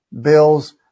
bills